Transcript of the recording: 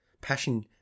passion